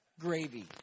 gravy